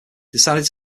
decided